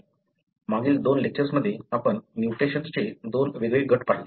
मागील दोन लेक्चर्समध्ये आपण म्युटेशनचे दोन वेगळे गट पाहिले